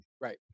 Right